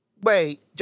Wait